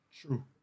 True